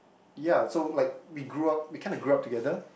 ya so like we grew up we kind of grow up together